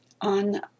on